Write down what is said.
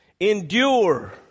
endure